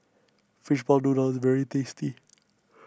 Fishball Noodle is very tasty